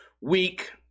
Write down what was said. week